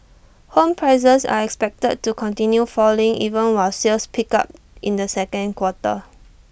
home prices are expected to continue falling even while sales picked up in the second quarter